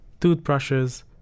toothbrushes